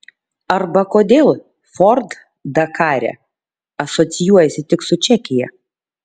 arba kodėl ford dakare asocijuojasi tik su čekija